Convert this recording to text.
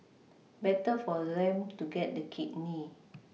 better for them to get the kidney